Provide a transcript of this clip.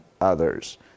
others